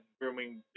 grooming